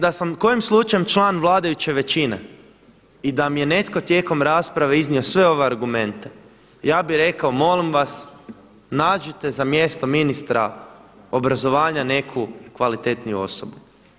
Da sam kojim slučajem član vladajuće većine i da mi je netko tijekom rasprave iznio sve ove argumente, ja bih rekao molim vas nađite za mjesto ministra obrazovanja neku kvalitetniju osobu.